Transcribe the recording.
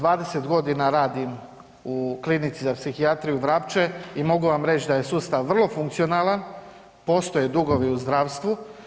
20 godina radim u Klinici za psihijatriju Vrapče i mogu vam reći da je sustav vrlo funkcionalan, postoje dugovi u zdravstvu.